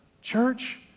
Church